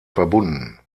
verbunden